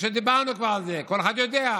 דיברנו כבר על זה, כל אחד יודע: